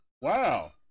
Wow